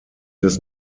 des